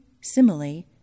simile